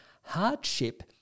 hardship